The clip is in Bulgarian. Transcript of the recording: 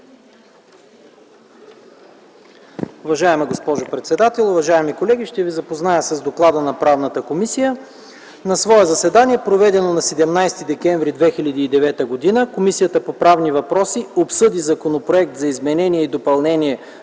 Уважаема госпожо председател, уважаеми колеги! Ще ви запозная с доклада на Комисията по правни въпроси. „На свое заседание, проведено на 17 декември 2009 г., Комисията по правни въпроси обсъди Законопроект за изменение и допълнение